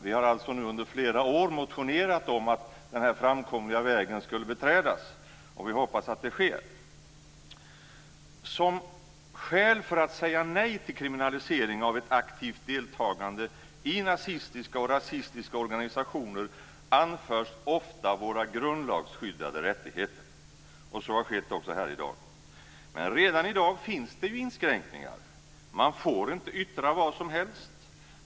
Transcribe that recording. Vi har alltså under flera år motionerat om att denna framkomliga väg skulle beträdas, och vi hoppas att det sker. Som skäl för att säga nej till kriminalisering av ett aktivt deltagande i nazistiska och rasistiska organisationer anförs ofta våra grundlagsskyddade rättigheter. Så har skett också här i dag. Men redan i dag finns det ju inskränkningar: · Man får inte yttra vad som helst.